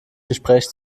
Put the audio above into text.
gespräch